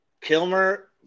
Kilmer